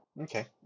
Okay